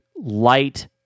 light